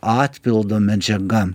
atpildo medžiaga